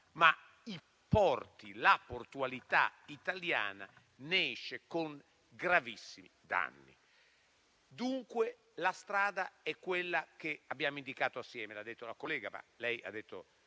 ma anche la portualità italiana ne esce con gravissimi danni. Dunque, la strada è quella che abbiamo indicato assieme; l'ha ricordata la collega e lei ha